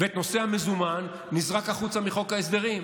נושא המזומן נזרק החוצה מחוק ההסדרים.